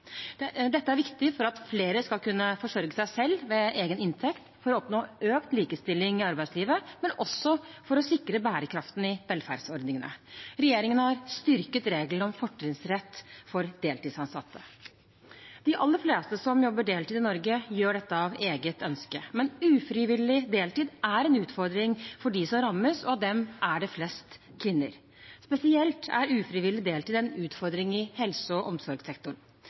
det. Dette er viktig for at flere skal kunne forsørge seg selv ved egen inntekt, for å oppnå økt likestilling i arbeidslivet, men også for å sikre bærekraften i velferdsordningene. Regjeringen har styrket reglene om fortrinnsrett for deltidsansatte. De aller fleste som jobber deltid i Norge, gjør dette av eget ønske, men ufrivillig deltid er en utfordring for dem som rammes, og av dem er det flest kvinner. Spesielt er ufrivillig deltid en utfordring i helse- og omsorgssektoren.